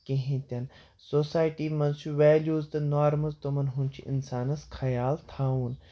کِہیٖنٛۍ تہِ نہٕ سوسایٹی منٛز چھُ ویلیوٗز تہٕ نارمٕز تِمَن ہُنٛد چھُ اِنسانَس خیال تھاوُن